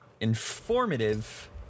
informative